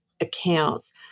accounts